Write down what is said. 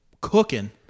cooking